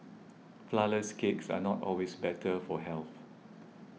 Flourless Cakes are not always better for health